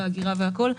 האגירה והכול.